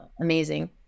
amazing